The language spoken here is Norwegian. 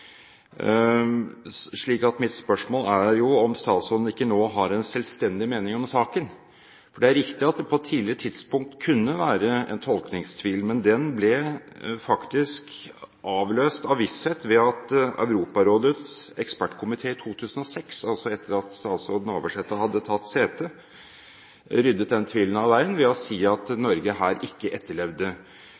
mitt spørsmål er om statsråden ikke nå har en selvstendig mening om saken. Det er riktig at det på et tidligere tidspunkt kunne være en tolkningstvil, men den ble faktisk avløst av visshet ved at Europarådets ekspertkomité i 2006 – altså etter at statsråd Navarsete hadde tatt sete – ryddet den tvilen av veien ved å si at Norge her ikke